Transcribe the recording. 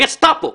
גסטפו.